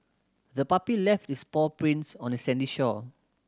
the puppy left its paw prints on the sandy shore